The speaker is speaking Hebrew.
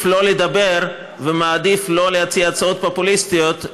מעדיף שלא לדבר ולא להציע הצעות פופוליסטיות,